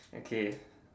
okay